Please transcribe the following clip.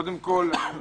קודם כל,